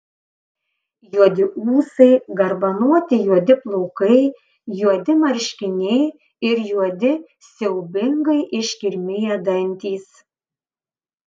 juodi ūsai garbanoti juodi plaukai juodi marškiniai ir juodi siaubingai iškirmiję dantys